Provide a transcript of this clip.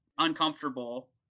uncomfortable